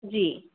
जी